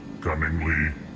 Cunningly